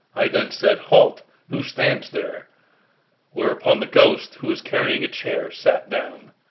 i then said halt, who stands there whereupon the ghost, who was carrying a chair, sat down.